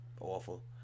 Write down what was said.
awful